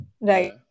right